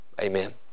Amen